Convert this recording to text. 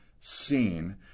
seen